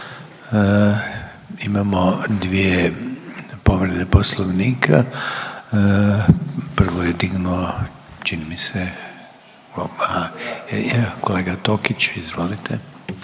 Imamo dvije povrede Poslovnika. Prvu je dignuo čini mi se kolega Tokić. Izvolite.